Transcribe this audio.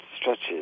stretches